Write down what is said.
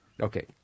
Okay